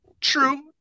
true